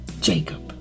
Jacob